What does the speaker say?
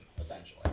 essentially